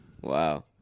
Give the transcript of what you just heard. Wow